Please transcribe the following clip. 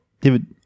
David